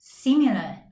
similar